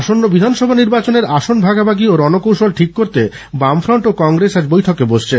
আসন্ন বিধানসভা নির্বাচনের আসন ভাগাভাগি ও রণকৌশল ঠিক করতে বামফ্রন্ট ও কংগ্রেস আজ বৈঠকে বসছে